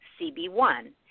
CB1